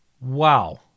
Wow